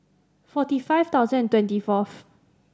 forty five thousand and twenty fourth